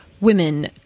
women